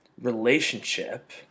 relationship